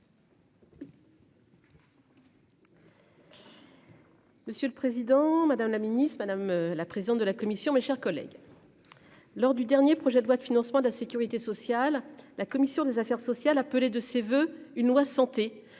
Monsieur le président, madame la Ministre, madame la présidente de la commission. Mes chers collègues. Lors du dernier projet de loi de financement de la Sécurité sociale. La commission des affaires sociales appelé de ses voeux une loi santé